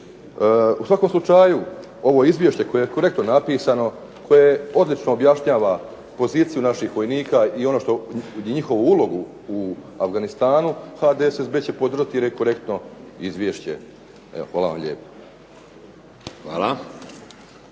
U svakom slučaju ovo izvješće koje je korektno napisano koje ozbiljno objašnjava poziciju naših vojnika i njihovu ulogu u Afganistanu, HDSSB će podržati jer je korektno izvješće. Evo, hvala vam lijepa.